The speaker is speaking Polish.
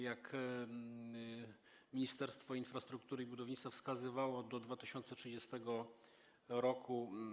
Jak Ministerstwo Infrastruktury i Budownictwa wskazywało, do 2030 r.